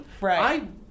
Right